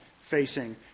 facing